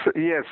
yes